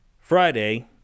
Friday